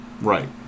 Right